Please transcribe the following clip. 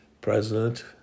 president